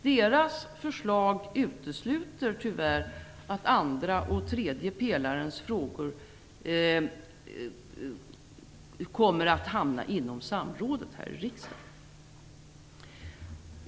Deras förslag utesluter tyvärr att andra och tredje pelarens frågor kommer att hamna inom samrådet här i riksdagen.